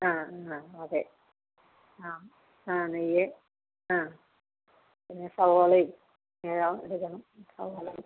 ആ ആ അതെ ആ ആ നെയ്യ് ആ പിന്നെ സവോളയും ഏതാ എടുക്കണം സവോള